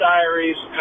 Diaries